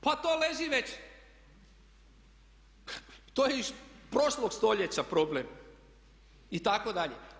Pa to leži već, pa to je iz prošlog stoljeća problem, itd.